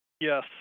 Yes